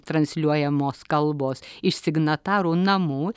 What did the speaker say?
transliuojamos kalbos iš signatarų namų